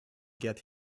get